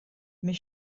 mes